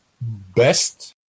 best